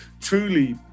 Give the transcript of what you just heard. truly